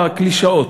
הקלישאות.